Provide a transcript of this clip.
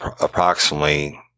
approximately